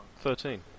Thirteen